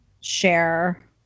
share